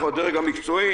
אנחנו הדרג המקצועי,